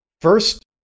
first